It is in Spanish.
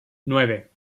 nueve